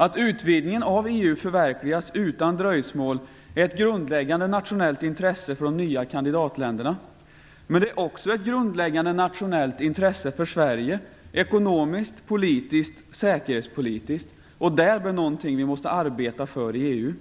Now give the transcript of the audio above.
Att utvidgningen av EU förverkligas utan dröjsmål är ett grundläggande nationellt intresse för de nya kandidatländerna. Men det är också ett grundläggande nationellt intresse för Sverige - ekonomiskt, politiskt, säkerhetspolitiskt, och det är därför någonting som vi måste arbeta för i